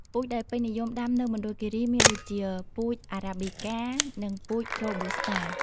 ពូជដែលពេញនិយមដាំនៅមណ្ឌលគិរីមានដូចជា ពូជអារ៉ាប៊ីកា និងពូជរ៉ូប៊ូស្តា។